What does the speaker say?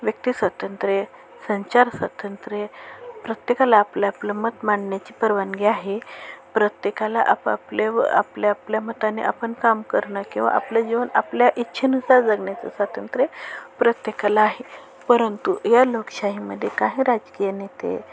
व्यक्ती स्वातंत्र्य संचार स्वातंत्र्य प्रत्येकाला आपलं आपलं मत मांडण्याची परवानगी आहे प्रत्येकाला आपापल्या व आपल्या आपल्या मताने आपण काम करणं किंवा आपलं जीवन आपल्या इच्छेनुसार जगण्याचं स्वातंत्र्य प्रत्येकाला आहे परंतु या लोकशाहीमध्ये काही राजकीय नेते